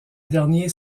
dernier